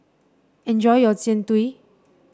enjoy your Jian Dui